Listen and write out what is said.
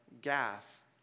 Gath